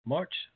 March